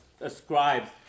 ascribes